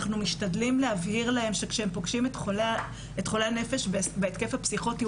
אנחנו משתדלים להבהיר להם שכאשר הם פוגשים את חולי הנפש בהתקף הפסיכוטי,